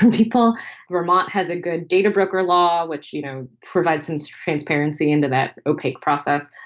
people. vermont has a good data broker law, which, you know, provides since transparency into that opaque process.